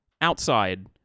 outside